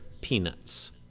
Peanuts